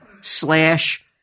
slash